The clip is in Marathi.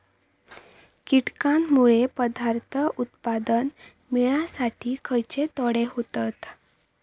कीटकांनमुळे पदार्थ उत्पादन मिळासाठी खयचे तोटे होतत?